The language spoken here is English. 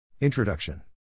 Introduction